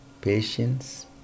patience